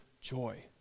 joy